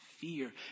fear